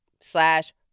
slash